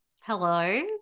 Hello